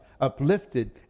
uplifted